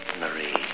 Marie